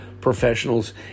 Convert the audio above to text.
professionals